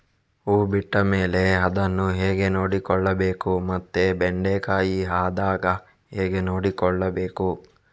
ಹೂ ಬಿಟ್ಟ ಮೇಲೆ ಅದನ್ನು ಹೇಗೆ ನೋಡಿಕೊಳ್ಳಬೇಕು ಮತ್ತೆ ಬೆಂಡೆ ಕಾಯಿ ಆದಾಗ ಹೇಗೆ ನೋಡಿಕೊಳ್ಳಬೇಕು?